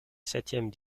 septième